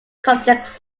complex